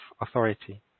authority